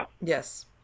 yes